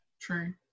true